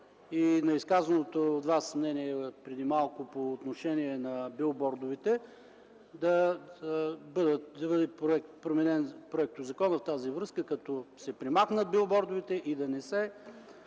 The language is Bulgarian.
и на изказаното от Вас преди малко мнение по отношение на билбордовете – да бъде променен проектозаконът в тази връзка, като се премахнат билбордовете и да не се